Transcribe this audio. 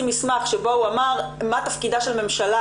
מסמך שבו הוא אמר מה תפקידה של ממשלה,